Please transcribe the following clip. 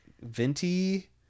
venti